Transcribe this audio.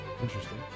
Interesting